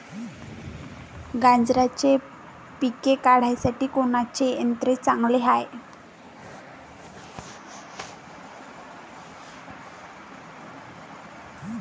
गांजराचं पिके काढासाठी कोनचे यंत्र चांगले हाय?